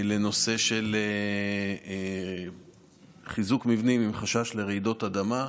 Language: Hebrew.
לנושא של חיזוק מבנים עם חשש לרעידות אדמה.